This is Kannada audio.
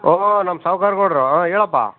ಓಹೋ ನಮ್ಮ ಸಾವ್ಕಾರ ಗೌಡ್ರು ಹಾಂ ಹೇಳಪ್ಪ